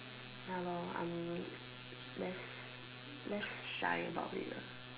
ya lor I'm less less shy about it ah